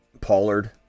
Pollard